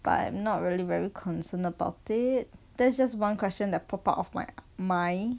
but not really very concerned about it that's just one question that pop out of my mind